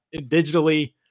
digitally